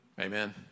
Amen